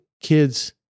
kids